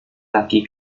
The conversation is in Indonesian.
laki